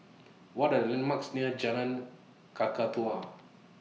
What Are The landmarks near Jalan Kakatua